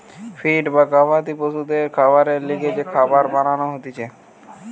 feed বা গবাদি পশুদের খাবারের লিগে যে খাবার বানান হতিছে